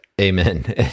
Amen